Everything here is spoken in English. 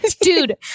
Dude